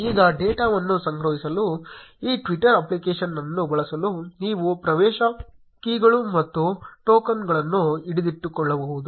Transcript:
ಈಗ ಡೇಟಾವನ್ನು ಸಂಗ್ರಹಿಸಲು ಈ ಟ್ವಿಟರ್ ಅಪ್ಲಿಕೇಶನ್ ಅನ್ನು ಬಳಸಲು ನೀವು ಪ್ರವೇಶ ಕೀಗಳು ಮತ್ತು ಟೋಕನ್ಗಳನ್ನು ಹಿಡಿದಿಟ್ಟುಕೊಳ್ಳಬಹುದು